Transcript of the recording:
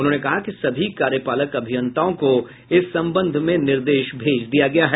उन्होंने कहा कि सभी कार्यपालक अभियंताओं को इस संबंध में निर्देश भेज दिया गया है